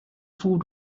food